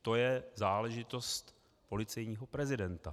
To je záležitost policejního prezidenta.